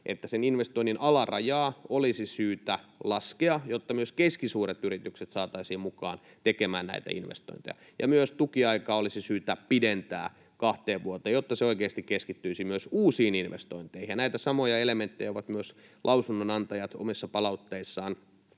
että sen investoinnin alarajaa olisi syytä laskea, jotta myös keskisuuret yritykset saataisiin mukaan tekemään näitä investointeja. Myös tukiaikaa olisi syytä pidentää kahteen vuoteen, jotta se oikeasti keskittyisi myös uusiin investointeihin. Näitä samoja elementtejä ovat myös lausunnonantajat omissa palautteissaan